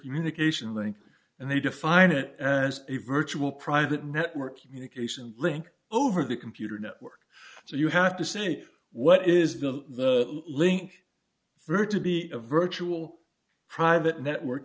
communication link and they define it as a virtual private network communication link over the computer network so you have to say what is the link for to be a virtual private network